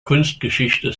kunstgeschichte